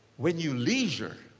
when you leisure,